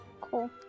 Cool